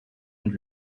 und